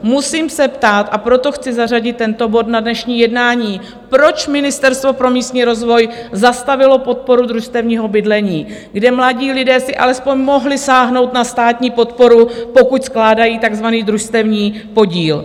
Musím se ptát, a proto chci zařadit tento bod na dnešní jednání, proč Ministerstvo pro místní rozvoj zastavilo podporu družstevního bydlení, kde mladí lidé si alespoň mohli sáhnout na státní podporu, pokud skládají takzvaný družstevní podíl?